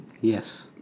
yes